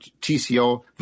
TCO